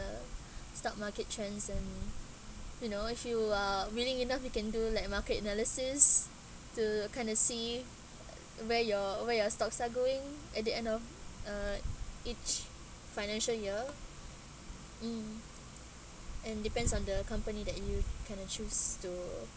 the stock market trends and you know if you are willing enough you can do like market analysis to kind of see uh where your where your stocks are going at the end of uh each financial year mm and depends on the company that you kind of choose to